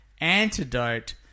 antidote